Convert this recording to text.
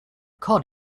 cod